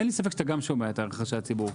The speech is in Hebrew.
אין לי ספק שאתה גם שומע את רחשי הציבור.